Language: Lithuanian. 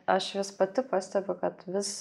aš vis pati pastebiu kad vis